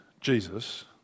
Jesus